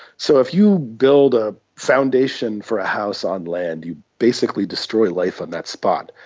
so if you build a foundation for a house on land, you basically destroy life on that spot.